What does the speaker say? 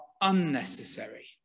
unnecessary